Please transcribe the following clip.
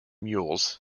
mules